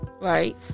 Right